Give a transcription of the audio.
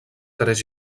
tres